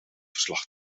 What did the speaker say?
verslag